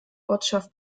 ortschaft